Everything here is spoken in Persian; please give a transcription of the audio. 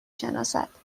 شناسد